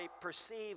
perceive